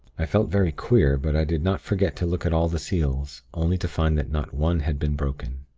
i felt very queer but i did not forget to look at all the seals, only to find that not one had been broken.